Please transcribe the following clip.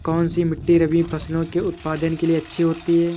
कौनसी मिट्टी रबी फसलों के उत्पादन के लिए अच्छी होती है?